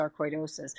sarcoidosis